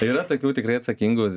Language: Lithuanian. yra tokių tikrai atsakingų